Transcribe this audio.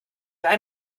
leihe